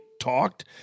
talked